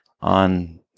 on